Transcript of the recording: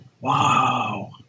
Wow